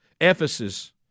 Ephesus